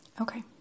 okay